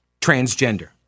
transgender